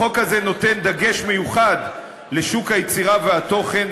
החוק הזה נותן דגש מיוחד לשוק היצירה והתוכן,